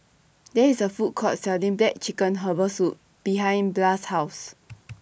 There IS A Food Court Selling Black Chicken Herbal Soup behind Blas' House